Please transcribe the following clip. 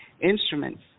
instruments